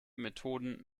methoden